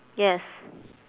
yes